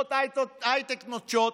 חברות הייטק נוטשות.